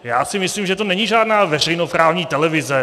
Já si myslím, že to není žádná veřejnoprávní televize.